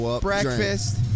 Breakfast